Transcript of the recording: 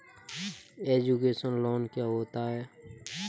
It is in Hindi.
एजुकेशन लोन क्या होता है?